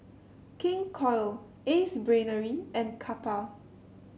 King Koil Ace Brainery and Kappa